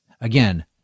Again